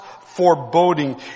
foreboding